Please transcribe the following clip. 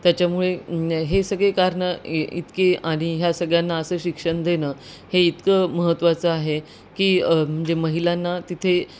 त्याच्यामुळे हे सगळे कारणं इतके आणि ह्या सगळ्यांना असं शिक्षण देणं हे इतकं महत्त्वाचं आहे की म्हणजे महिलांना तिथे